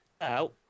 out